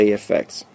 effects